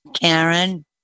Karen